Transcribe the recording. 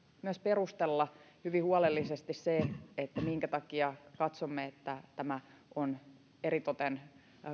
myös perustella hyvin huolellisesti se minkä takia katsomme että tämä on eritoten